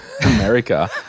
America